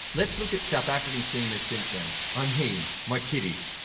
let's look at south african seamers since then. i mean! my kitties!